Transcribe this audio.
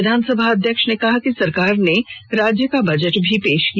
विधानसभा अध्यक्ष ने कहा कि सरकार ने राज्य का बजट भी पेश किया